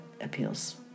appeals